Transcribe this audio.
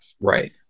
Right